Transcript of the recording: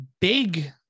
Big